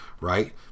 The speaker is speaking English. right